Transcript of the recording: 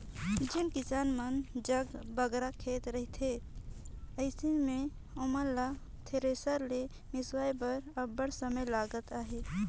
जेन किसान मन जग बगरा खेत खाएर रहथे अइसे मे ओमन ल थेरेसर मे मिसवाए बर अब्बड़ समे लगत अहे